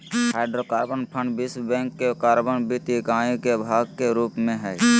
hydrocarbon fund विश्व bank के carbon वित्त इकाई के भाग के रूप में हइ